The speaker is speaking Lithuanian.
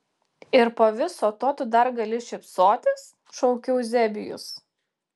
ir po viso to tu dar gali šypsotis šaukė euzebijus